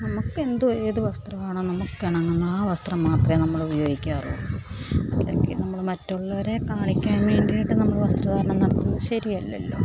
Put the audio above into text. നമുക്കെന്ത് ഏത് വസ്ത്രമാണോ നമുക്കിണങ്ങുന്നത് ആ വസ്ത്രം മാത്രമേ നമ്മളുപയോഗിക്കാറുളളൂ അല്ലെങ്കിൽ നമ്മൾ മറ്റുള്ളവരെ കാണിക്കാൻ വേണ്ടിയിട്ട് നമ്മൾ മാത്രം വസ്ത്രധാരണം നടത്തുന്നത് ശരിയല്ലല്ലോ